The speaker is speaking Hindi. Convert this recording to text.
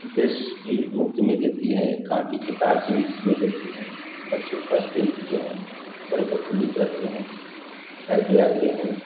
ड्रेस भी मुफ़्त में देती है कांपी किताब के रूप में देती है बच्चे पढ़ते लिखते हैं बड़े प्रफुल्लित रहते हैं घर पर आते हैं